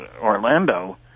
Orlando